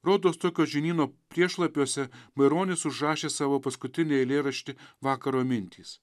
rodos tokio žinyno priešlapiuose maironis užrašė savo paskutinį eilėraštį vakaro mintys